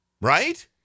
Right